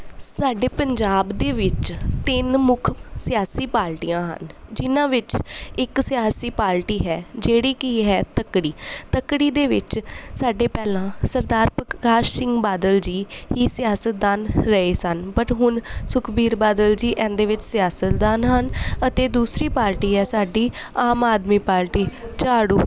ਸਾਡੇ ਪੰਜਾਬ ਦੇ ਵਿੱਚ ਤਿੰਨ ਮੁੱਖ ਸਿਆਸੀ ਪਾਰਟੀਆਂ ਹਨ ਜਿਹਨਾਂ ਵਿੱਚ ਇੱਕ ਸਿਆਸੀ ਪਾਰਟੀ ਹੈ ਜਿਹੜੀ ਕਿ ਹੈ ਤੱਕੜੀ ਤੱਕੜੀ ਦੇ ਵਿੱਚ ਸਾਡੇ ਪਹਿਲਾਂ ਸਰਦਾਰ ਪ੍ਰਕਾਸ਼ ਸਿੰਘ ਬਾਦਲ ਜੀ ਹੀ ਸਿਆਸਤਦਾਨ ਰਹੇ ਸਨ ਬਟ ਹੁਣ ਸੁਖਬੀਰ ਬਾਦਲ ਜੀ ਇਹਦੇ ਵਿੱਚ ਸਿਆਸਤਦਾਨ ਹਨ ਅਤੇ ਦੂਸਰੀ ਪਾਰਟੀ ਹੈ ਸਾਡੀ ਆਮ ਆਦਮੀ ਪਾਰਟੀ ਝਾੜੂ